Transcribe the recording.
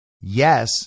Yes